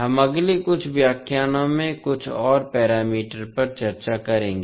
हम अगले कुछ व्याख्यानों में कुछ और पैरामीटर पर चर्चा करेंगे